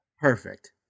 Perfect